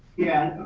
yeah,